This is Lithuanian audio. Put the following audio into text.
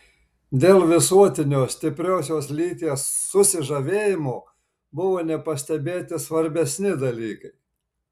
dėl visuotinio stipriosios lyties susižavėjimo buvo nepastebėti svarbesni dalykai